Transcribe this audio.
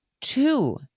two